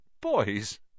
Boys